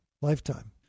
lifetime